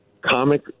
comic